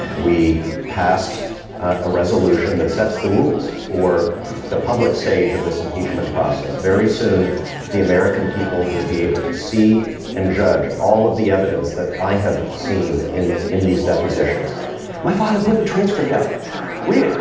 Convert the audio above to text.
we passed a resolution that sets the rules for the public stage of this impeachment process. very soon the american people will be able to see and judge all of the evidence that i have seen in in these depositions my father put the transcript out read it.